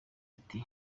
ati